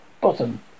bottom